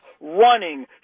running